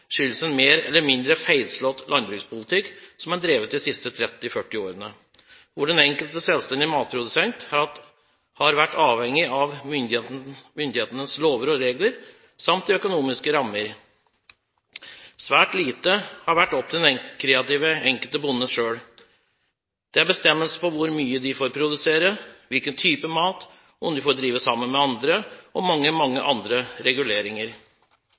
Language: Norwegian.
skyldes en mer eller mindre feilslått landbrukspolitikk som er drevet de siste 30–40 årene, hvor den enkelte selvstendige matprodusent har vært avhengig av myndighetenes lover og regler samt de økonomiske rammer. Svært lite har vært opp til den enkelte kreative bonde selv. Det er bestemmelser på hvor mye de får produsere, hvilken type mat, om de får drive sammen med andre, og mange, mange andre reguleringer.